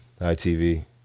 ITV